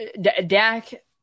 Dak